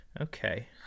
Okay